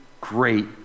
great